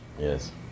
Yes